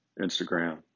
Instagram